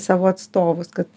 savo atstovus kad